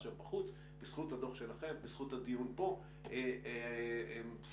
בהם כמו הדוח הזה שמצביעים באופן מאוד ברור על מחדל